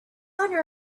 owner